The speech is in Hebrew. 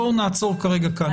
בואו נעצור כרגע כאן.